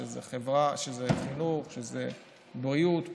שזה חינוך ובריאות,